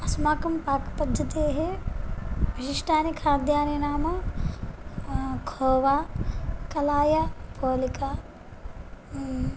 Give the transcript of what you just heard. अस्माकं पाकपद्धतेः विशिष्टानि खाद्यानि नाम खोवा कलाया पोलिका